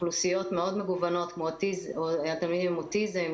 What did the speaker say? אוכלוסיות מאוד מגוונות כמו תלמידים עם אוטיזם,